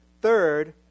Third